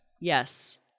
Yes